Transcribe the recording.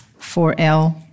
4L